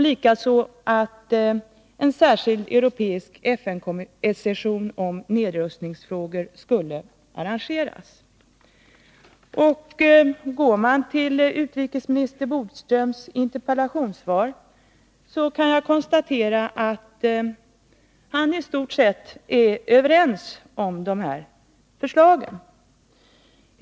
Likaså borde en särskild europeisk FN-session om nedrustningsfrågorna arrangeras. Att döma av utrikesminister Bodströms interpellationssvar är han i stort sett överens med oss om dessa förslag.